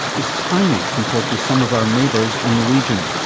is tiny compared to some of our neighbours in the region.